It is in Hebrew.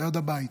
ליד הבית,